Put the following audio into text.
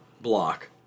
block